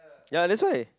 ya that's why